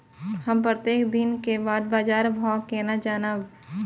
हम प्रत्येक दिन के बाद बाजार भाव केना जानब?